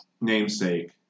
namesake